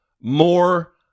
more